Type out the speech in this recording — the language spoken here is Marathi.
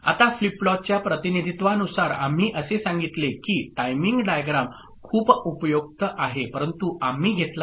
आता फ्लिप फ्लॉपच्या प्रतिनिधीत्वानुसार आम्ही असे सांगितले की टाइमिंग डायग्राम खूप उपयुक्त आहे परंतु आम्ही घेतला नाही